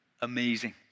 Amazing